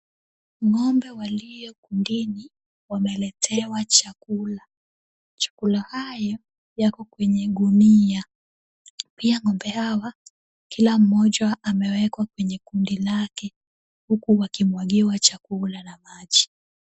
Ng'ombe waliye kundini wameletewa chakula, chakula hayo yako kwenye gunia, pia ng'ombe hawa kila mmoja amewekwa kwenye kundi lake huku wakimwagiwa chakula na maji.